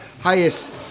highest